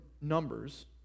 Numbers